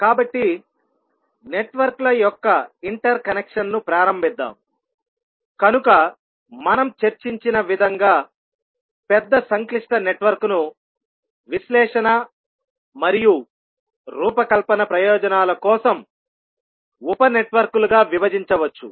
కాబట్టి నెట్వర్క్ల యొక్క ఇంటర్ కనెక్షన్ను ప్రారంభిద్దాం కనుక మనం చర్చించిన విధంగా పెద్ద సంక్లిష్ట నెట్వర్క్ను విశ్లేషణ మరియు రూపకల్పన ప్రయోజనాల కోసం ఉప నెట్వర్క్లుగా విభజించవచ్చు